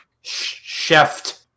Chef